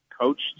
coached